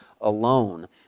alone